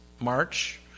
March